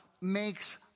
makes